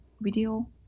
video